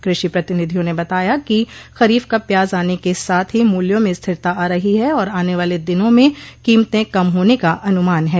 कृषि प्रतिनिधियों ने बताया कि खरीफ का प्याज आने के साथ ही मूल्यों में स्थिरता आ रही है और आने वाले दिनों में कीमतें कम होने का अनुमान है